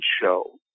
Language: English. show